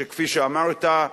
שכפי שאמרת,